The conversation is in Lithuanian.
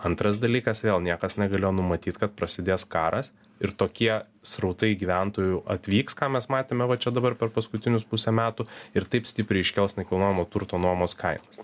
antras dalykas vėl niekas negalėjo numatyt kad prasidės karas ir tokie srautai gyventojų atvyks ką mes matėme va čia dabar per paskutinius pusę metų ir taip stipriai iškils nekilnojamo turto nuomos kainos